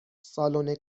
سالن